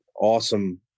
awesome